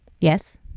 Yes